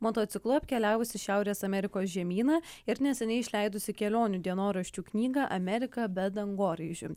motociklu apkeliavusi šiaurės amerikos žemyną ir neseniai išleidusi kelionių dienoraščių knygą amerika be dangoraižių